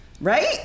Right